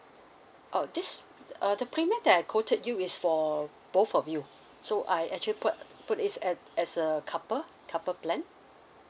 oh this uh the premium that I quoted you is for both of you so I actually put put it as as a couple couple plan